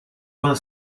vingt